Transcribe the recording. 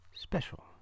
special